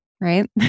right